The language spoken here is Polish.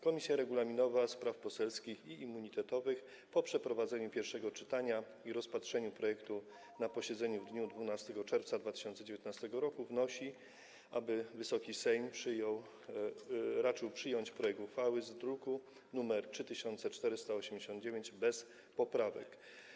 Komisja Regulaminowa, Spraw Poselskich i Immunitetowych po przeprowadzeniu pierwszego czytania i rozpatrzeniu projektu na posiedzeniu w dniu 12 czerwca 2019 r. wnosi, aby Wysoki Sejm raczył przyjąć projekt uchwały z druku nr 3489 bez poprawek.